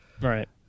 Right